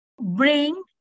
bring